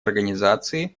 организации